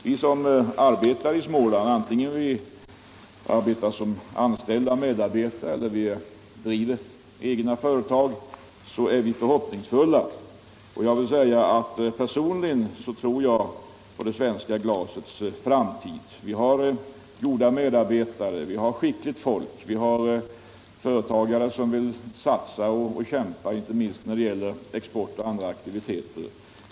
Vi som arbetar i Småland, vare sig vi är anställda medarbetare eller driver egna företag, är förhoppningsfulla, och personligen tror jag på det svenska glasets framtid. Vi har skickliga medarbetare, vi har företagare som vill kämpa och satsa på olika aktiviteter, inte minst när det gäller export.